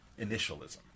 initialism